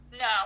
No